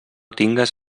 tingues